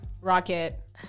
rocket